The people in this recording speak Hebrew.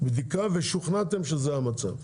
בדיקה ושוכנעתם שזה המצב.